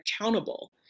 accountable